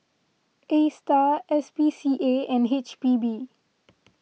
Astar S P C A and H P B